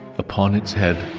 upon its head.